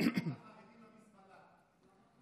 חרדים למזבלה.